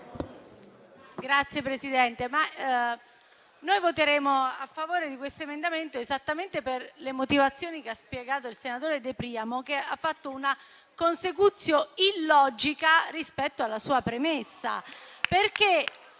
Signora Presidente, noi voteremo a favore di questo emendamento, esattamente per le motivazioni che ha spiegato il senatore De Priamo, che ha fatto una *consecutio* illogica rispetto alla sua premessa.